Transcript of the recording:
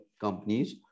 companies